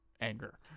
anger